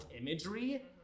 imagery